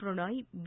Pranay B